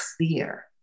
clear